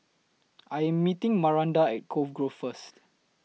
I Am meeting Maranda At Cove Grove First